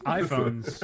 iPhones